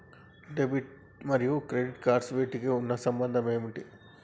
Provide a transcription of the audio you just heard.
Debit మరియు credit cards వీటికి ఉన్న సంబంధం ఏంటి?